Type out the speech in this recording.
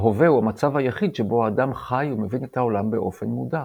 ההווה הוא המצב היחיד שבו האדם חי ומבין את העולם באופן מודע.